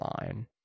line